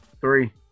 Three